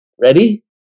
Ready